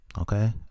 Okay